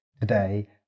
today